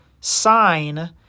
sign